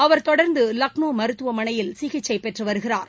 அவர் தொடர்ந்து லக்னோ மருத்துவமனையில் சிகிச்சைப் பெற்று வருகிறார்